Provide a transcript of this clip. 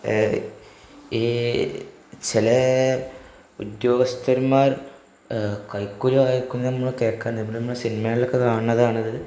ഈ ചില ഉദ്യോഗസ്ഥന്മാർ കൈക്കൂലി വാങ്ങിക്കുമെന്നു നമ്മള് കേക്കന്ന് ഇവിടെ നമ്മള് സിനിമയിലൊക്കെ കാണുന്നതാണിത്